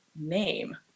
name